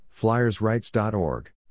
FlyersRights.org